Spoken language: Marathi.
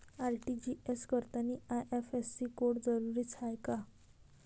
आर.टी.जी.एस करतांनी आय.एफ.एस.सी कोड जरुरीचा हाय का?